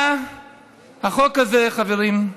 החוק הזה, חברים,